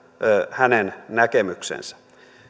hänen näkemyksensä